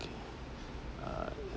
err